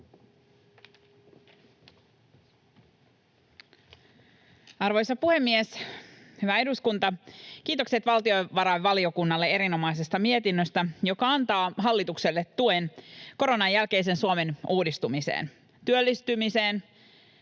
Arvoisa puhemies! Hyvä eduskunta! Kiitokset valtiovarainvaliokunnalle erinomaisesta mietinnöstä, joka antaa hallitukselle tuen koronan jälkeisen Suomen uudistumiseen, työllistymiseen,